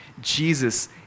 Jesus